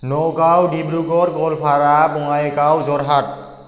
Nagaon Dibrugarh Goalpara Bongaigaon Jorhat